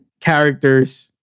characters